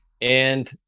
And-